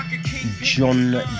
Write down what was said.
John